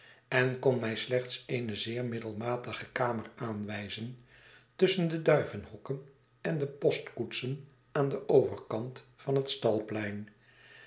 en kon mij slechts eene zeer middelmatige kamer aanwijzen tusschen de duivenhokken en de postkoetsen aan den overkant van het